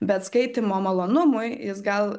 bet skaitymo malonumui jis gal